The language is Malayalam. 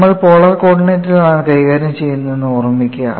നമ്മൾ പോളാർ കോർഡിനേറ്റുകളിലാണ് കൈകാര്യം ചെയ്യുന്നത് എന്ന് ഓർമ്മിക്കുക